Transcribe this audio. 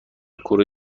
کره